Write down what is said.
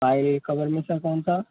file cover में sir कौन सा